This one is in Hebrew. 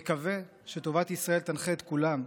נקווה שטובת ישראל תנחה את כולם,